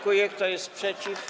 Kto jest przeciw?